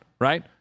right